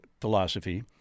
philosophy